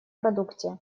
продукте